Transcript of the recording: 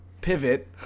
pivot